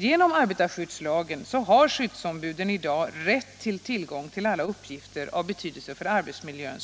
Genom arbetarskyddslagen har skyddsombuden i dag rätt att erhålla alla uppgifter av betydelse för arbetsmiljön.